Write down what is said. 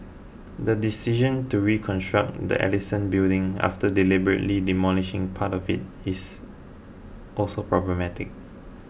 the decision to reconstruct the Ellison Building after deliberately demolishing part of it is also problematic